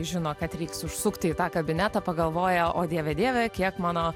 žino kad reiks užsukti į tą kabinetą pagalvojo o dieve dieve kiek mano